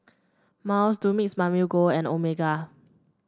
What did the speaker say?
Miles Dumex Mamil Gold and Omega